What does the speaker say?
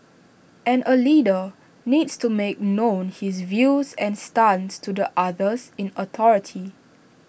and A leader needs to make known his views and stance to the others in authority